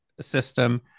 system